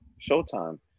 Showtime